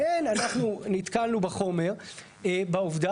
כן אנחנו נתקלנו בחומר בעובדה,